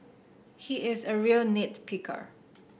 he is a real nit picker